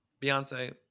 Beyonce